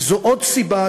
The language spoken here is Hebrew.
וזו עוד סיבה,